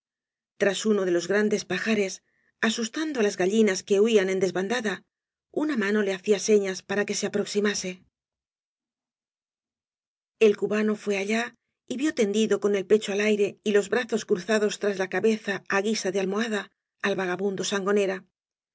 tras uno de los grandes pajares asustando á las galanas que huían en desbandada una mano le hacía señas para que se aproximase el cubano fué allá y vio tendido con el pecho al aire y los brazos cruzados tras la cabeza á guisa de almohada al vagabundo sangonera